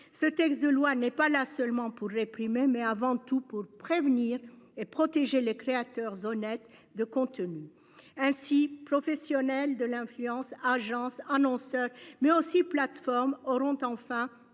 Ce texte de loi n'est pas là seulement pour les prix mais, mais avant tout pour prévenir et protéger les créateurs honnête de contenus. Ainsi professionnel de l'influence agences annonceurs mais aussi plateforme auront enfin